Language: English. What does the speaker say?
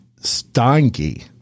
Steinke